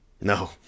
No